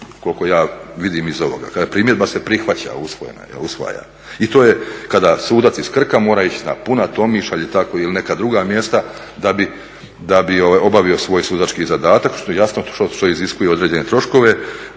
koliko ja vidim iz ovoga. Kaže primjedba se prihvaća, usvojena je. I to je kada sudac iz Krka mora ići na … ili neka druga mjesta da bi obavio svoj sudački zadatak, što iziskuje određene troškove